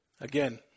Again